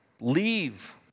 Leave